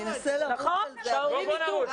נכון, שההורים יידעו.